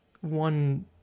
one